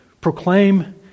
proclaim